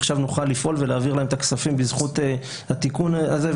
עכשיו נוכל לפעול ולהעביר להם את הכספים בזכות התיקון הזה.